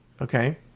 Okay